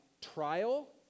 trial